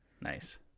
Nice